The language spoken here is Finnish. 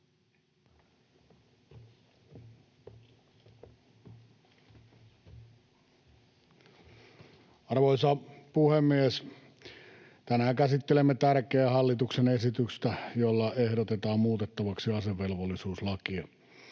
Arvoisa puhemies! Tänään käsittelemme tärkeää hallituksen esitystä, jolla ehdotetaan muutettavaksi asevelvollisuuslakia.